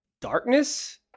darkness